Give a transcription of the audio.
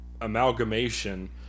Amalgamation